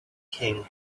king